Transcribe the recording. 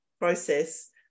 process